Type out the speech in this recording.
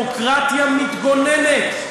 כדמוקרטיה מתגוננת.